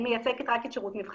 אני מייצגת רק את של המבוגרים,